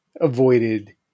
avoided